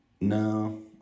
No